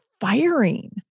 firing